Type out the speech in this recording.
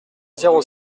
zéro